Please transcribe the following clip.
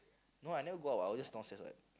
no I never go out what I was just downstairs what